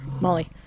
Molly